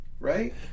Right